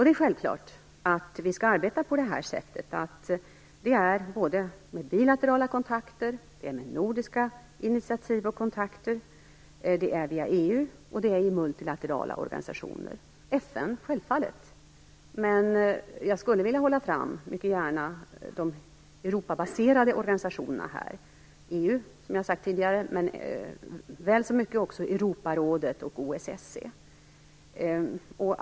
Det är självklart att vi skall arbeta på ett sätt som innebär bilaterala kontakter, nordiska initiativ och kontakter samt kontakter via EU och multilaterala organisationer - FN är självskrivet. Men jag skulle gärna vilja framhålla de Europabaserade organisationerna. EU har jag nämnt tidigare, men det gäller väl så mycket också Europarådet och OSSE.